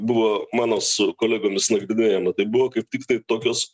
buvo mano su kolegomis nagrinėjama tai buvo kaip tiktai tokios